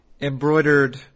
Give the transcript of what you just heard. embroidered